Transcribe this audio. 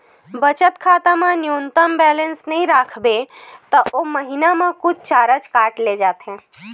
बचत खाता म न्यूनतम बेलेंस नइ राखबे त ओ महिना म कुछ चारज काट ले जाथे